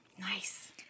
nice